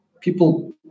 people